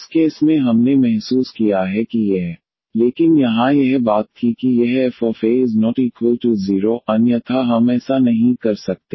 उस केस में हमने महसूस किया है कि यह 1fDeax1faeax where fa≠0 लेकिन यहां यह बात थी कि यह fa≠0 अन्यथा हम ऐसा नहीं कर सकते